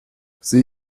sie